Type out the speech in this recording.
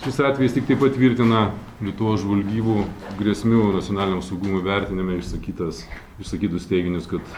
šis atvejis tiktai patvirtina lietuvos žvalgybų grėsmių nacionaliniam saugumui vertinime išsakytas išsakytus teiginius kad